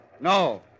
No